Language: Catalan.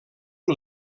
amb